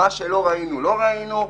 מה שלא ראינו לא ראינו.